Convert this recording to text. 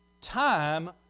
time